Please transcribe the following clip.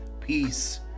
peace